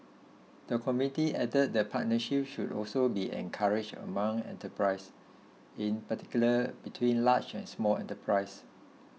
the committee added that partnerships should also be encouraged among enterprises in particular between large and small enterprises